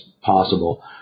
possible